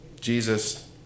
Jesus